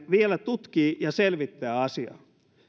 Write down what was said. vielä tutkii ja selvittää asiaa